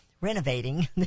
renovating